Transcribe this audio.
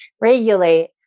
regulate